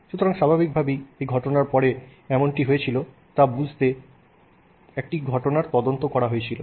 সুতরাং স্বাভাবিকভাবেই এই ঘটনার পরে এমনটি হয়েছিল তা বুঝতে একটি ঘটনার তদন্ত হয়েছিল